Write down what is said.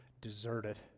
Deserted